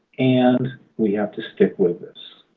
and we have to stick with this.